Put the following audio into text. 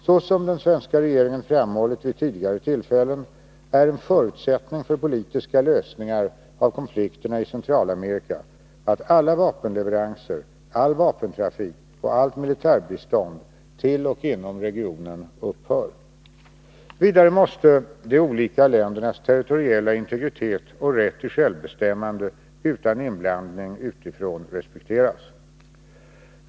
Såsom den svenska regeringen framhållit vid tidigare tillfällen är en förutsättning för politiska lösningar av konflikterna i Centralamerika att alla vapenleveranser, all vapentrafik och allt militärbistånd till och inom regionen upphör. Vidare måste de olika ländernas territoriella integritet och rätt till självbestämmande, utan inblandning utifrån, respekteras.